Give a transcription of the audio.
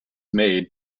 made